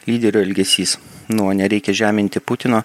lyderių elgesys nuo nereikia žeminti putino